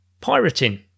pirating